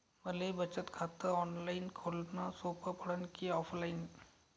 मले बचत खात ऑनलाईन खोलन सोपं पडन की ऑफलाईन?